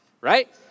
right